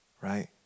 right